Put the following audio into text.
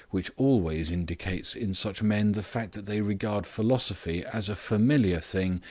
which always indicates in such men the fact that they regard philosophy as a familiar thing,